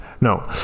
no